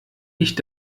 nicht